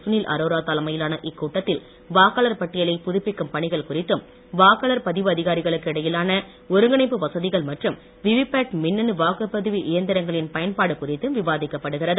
சுனில் அரோரா தலைமையிலான இக்கூட்டத்தில் வாக்காளர் பட்டியலை புதுப்பிக்கும் பணிகள் குறித்தும் வாக்காளர் பதிவு அதிகாரிகளுக்கு இடையிலான ஒருங்கிணைப்பு வசதிகள் மற்றும் விவி பேட் மின்னனு வாக்குபதிவு இயந்திரங்களின் பயன்பாடு குறித்தும் விவாதிக்கப்படுகிறது